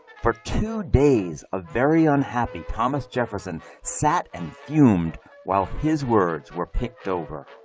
for two days, a very unhappy thomas jefferson sat and fumed while his words were picked over.